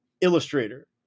illustrator